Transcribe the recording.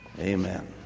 amen